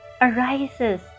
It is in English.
arises